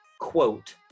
quote